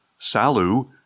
Salu